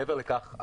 מעבר לכך,